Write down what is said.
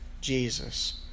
Jesus